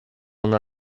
una